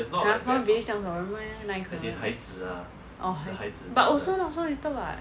ha one village 这么少人 meh 哪里可能 oh 孩子 but also not so little [what]